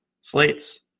slates